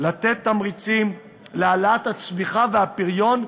לתת תמריצים להעלאת הצמיחה והפריון,